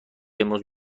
امروز